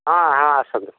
ହଁ ହଁ ଆସନ୍ତୁ